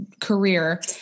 career